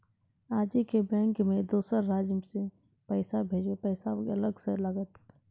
आजे के बैंक मे दोसर राज्य मे पैसा भेजबऽ पैसा अलग से लागत?